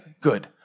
good